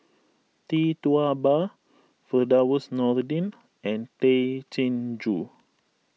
Tee Tua Ba Firdaus Nordin and Tay Chin Joo